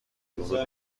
ورود